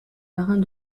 marins